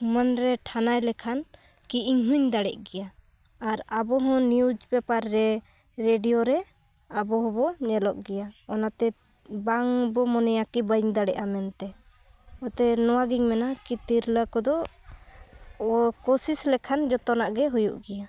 ᱢᱚᱱᱨᱮ ᱴᱷᱟᱱᱟᱭ ᱞᱮᱠᱷᱟᱱ ᱠᱤ ᱤᱧᱦᱩᱧ ᱫᱟᱲᱮᱭᱟᱜ ᱜᱮᱭᱟ ᱟᱨ ᱟᱵᱚ ᱦᱚᱸ ᱱᱤᱭᱩᱡᱽ ᱯᱮᱯᱟᱨ ᱨᱮ ᱨᱮᱰᱤᱭᱳ ᱨᱮ ᱟᱵᱚ ᱦᱚᱸᱵᱚ ᱧᱮᱞᱚᱜ ᱜᱮᱭᱟ ᱚᱱᱟᱛᱮ ᱵᱟᱝ ᱵᱚᱱ ᱢᱚᱱᱮᱭᱟ ᱠᱤ ᱵᱟᱹᱧ ᱫᱟᱲᱮᱭᱟᱜᱼᱟ ᱢᱮᱱᱛᱮ ᱚᱛᱚ ᱮᱵᱽ ᱱᱚᱣᱟᱜᱤᱧ ᱢᱮᱱᱟ ᱠᱤ ᱛᱤᱨᱞᱟᱹ ᱠᱚᱫᱚ ᱠᱳᱥᱤᱥ ᱞᱮᱠᱷᱟᱱ ᱡᱷᱚᱛᱚᱱᱟᱜ ᱜᱮ ᱦᱩᱭᱩᱜ ᱜᱮᱭᱟ